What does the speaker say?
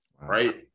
Right